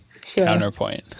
Counterpoint